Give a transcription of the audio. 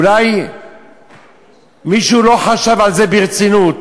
אולי מישהו לא חשב על זה ברצינות,